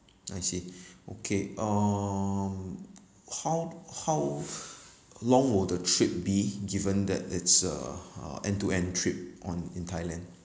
I see okay um how how long will the trip be given that it's a uh end to end trip on in thailand